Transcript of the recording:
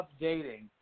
updating